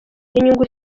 n’inyungu